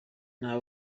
nta